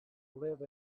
live